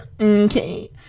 okay